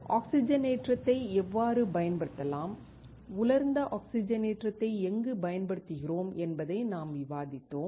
ஆக்ஸிஜனேற்றத்தை எவ்வாறு பயன்படுத்தலாம் உலர்ந்த ஆக்ஸிஜனேற்றத்தை எங்கு பயன்படுத்துகிறோம் என்பதை நாம் விவாதித்தோம்